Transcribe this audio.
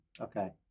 Okay